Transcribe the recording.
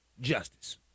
Justice